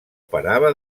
parava